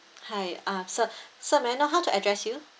hi ah sir sir may I know how to address you